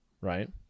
right